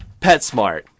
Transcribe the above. PetSmart